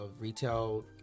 retail